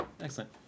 Excellent